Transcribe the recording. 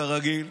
כרגיל,